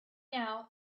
now